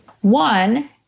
One